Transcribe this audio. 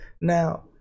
Now